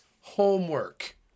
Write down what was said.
homework